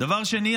דבר שני,